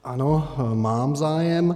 Ano, mám zájem.